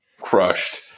crushed